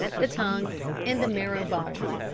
the tongues, and the marrow-bones.